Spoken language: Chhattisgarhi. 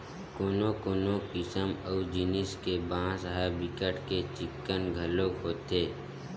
कोनो कोनो किसम अऊ जिनिस के बांस ह बिकट के चिक्कन घलोक होथे